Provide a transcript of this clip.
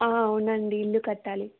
అవునండి ఇల్లు కట్టాలి